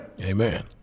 Amen